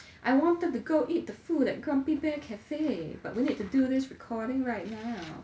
I wanted to go eat the food at grumpy bear cafe but we need to do this recording right now